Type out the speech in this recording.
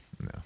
no